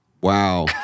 Wow